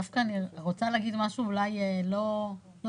דווקא אני רוצה להגיד משהו שהוא אולי לא שגרתי,